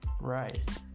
right